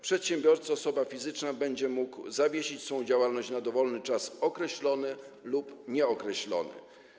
Przedsiębiorca będący osobą fizyczną będzie mógł zawiesić swą działalność na dowolny czas określony lub nieokreślony.